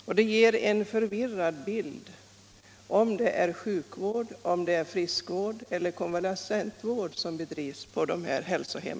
Verksamheten ger en förvirrad bild, och det är svårt att avgöra om det är sjukvård, friskvård eller konvalescentvård som bedrivs på dessa hälsohem.